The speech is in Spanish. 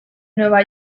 nueva